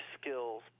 skills